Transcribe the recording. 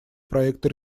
проекта